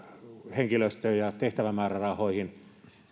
henkilöstöön ja tehtävämäärärahoihin